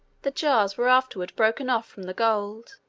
the jars were afterward broken off from the gold,